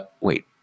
wait